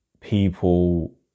people